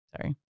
Sorry